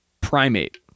Primate